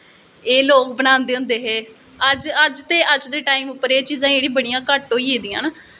एह् लोग बनांदे होंदे हे अज्ज दे टाईम उप्पर एह् चीज़ां बड़ियां घट्ट होई गेदियां न